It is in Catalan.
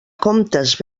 comptes